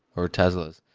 or teslas,